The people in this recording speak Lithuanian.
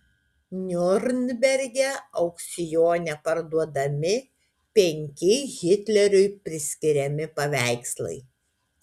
niurnberge aukcione parduodami penki hitleriui priskiriami paveikslai